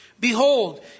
Behold